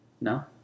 No